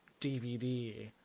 DVD